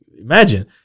imagine